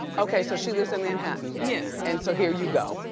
okay, so she lives in manhattan, yeah. and so here you go.